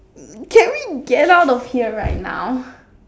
can we get out of here right now